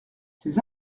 ces